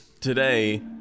today